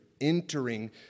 entering